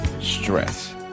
stress